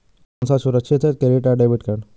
कौन सा सुरक्षित है क्रेडिट या डेबिट कार्ड?